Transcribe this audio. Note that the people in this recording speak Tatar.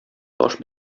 таш